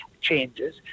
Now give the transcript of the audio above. changes